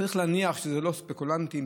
צריך להניח שאלה לא ספקולנטים,